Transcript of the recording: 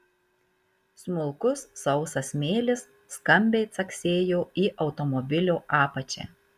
smulkus sausas smėlis skambiai caksėjo į automobilio apačią